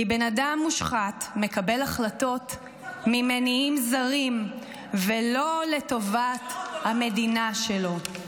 כי בן אדם מושחת מקבל החלטות ממניעים זרים ולא לטובת המדינה שלו.